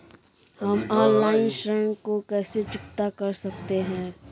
हम ऑनलाइन ऋण को कैसे चुकता कर सकते हैं?